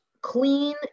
clean